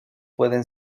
pueden